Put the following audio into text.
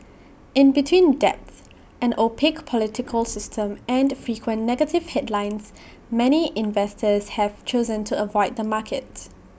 in between debts an opaque political system and frequent negative headlines many investors have chosen to avoid the markets